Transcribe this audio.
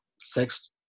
sex